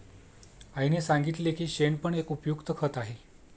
आईने सांगितले की शेण पण एक उपयुक्त खत आहे